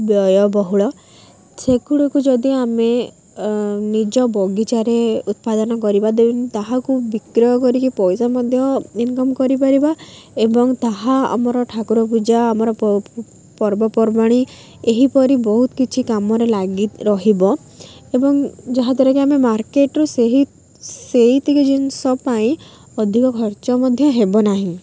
ବ୍ୟୟବହୁଳ ସେଗୁଡ଼ିକୁ ଯଦି ଆମେ ନିଜ ବଗିଚାରେ ଉତ୍ପାଦନ କରିବା ଦେବନି ତାହାକୁ ବିକ୍ରୟ କରିକି ପଇସା ମଧ୍ୟ ଇନକମ୍ କରିପାରିବା ଏବଂ ତାହା ଆମର ଠାକୁର ପୂଜା ଆମର ପର୍ବପର୍ବାଣି ଏହିପରି ବହୁତ କିଛି କାମରେ ଲାଗି ରହିବ ଏବଂ ଯାହାଦ୍ୱାରାକି ଆମେ ମାର୍କେଟ୍ରୁ ସେହି ସେଇତିକି ଜିନିଷ ପାଇଁ ଅଧିକ ଖର୍ଚ୍ଚ ମଧ୍ୟ ହେବ ନାହିଁ